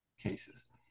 cases